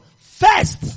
first